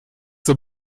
zur